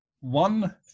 one